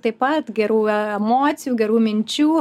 taip pat gerų e emocijų gerų minčių